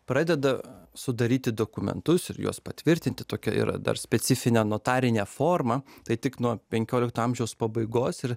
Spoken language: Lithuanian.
pradeda sudaryti dokumentus ir juos patvirtinti tokia yra dar specifinė notarinė forma tai tik nuo penkiolikto amžiaus pabaigos ir